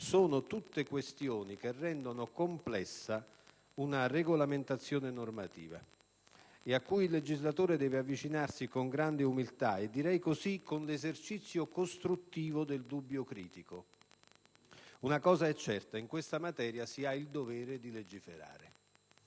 sono tutte questioni che rendono complessa una regolamentazione normativa e a cui il legislatore deve avvicinarsi con grande umiltà e - direi così - con l'esercizio costruttivo del dubbio critico. Una cosa è certa: in questa materia si ha il dovere di legiferare.